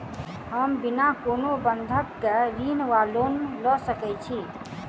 हम बिना कोनो बंधक केँ ऋण वा लोन लऽ सकै छी?